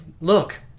Look